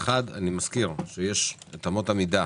אחד, אני מזכיר שיש את אמות המידה